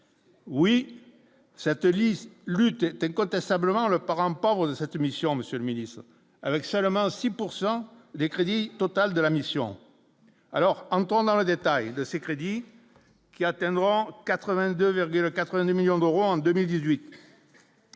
oui cette liste Lutte est incontestablement le parent pauvre de cette émission, Monsieur le Ministre, avec seulement 6 pourcent des crédits total de la mission alors en entendant dans le détail de ces crédits qui atteindront 82,82 millions d'euros en 2018